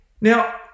Now